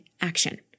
action